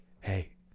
hey